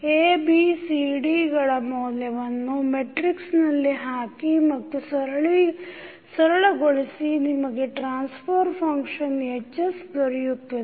A B C D ಗಳ ಮೌಲ್ಯವನ್ನು ಮೆಟ್ರಿಕ್ಸ್ನಲ್ಲಿ ಹಾಕಿ ಮತ್ತು ಸರಳಗೊಳಿಸಿ ನಿಮಗೆ ಟ್ರಾನ್ಸ್ಫರ್ ಫಂಕ್ಷನ್ Hs ದೊರೆಯುತ್ತದೆ